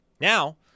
Now